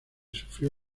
sufrió